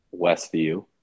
Westview